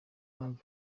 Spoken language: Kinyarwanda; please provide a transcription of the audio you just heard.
mpamvu